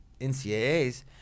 NCAAs